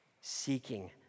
seeking